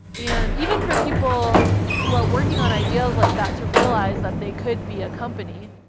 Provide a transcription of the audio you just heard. and even for people who are working on ideas like that to realize that they could be a company,